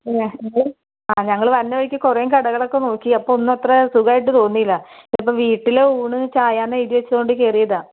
ആ ഞങ്ങള് വരുന്ന വഴിക്ക് കുറെ കടകളൊക്കെ നോക്കി അപ്പോൾ ഒന്നും അത്ര സുഖമായിട്ട് തോന്നിയില്ല ഇത് ഇപ്പോൾ വീട്ടിലെ ഊണ് ചായ എന്നെഴുതി വെച്ചത് കൊണ്ട് കയറിയതാണ്